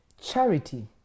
Charity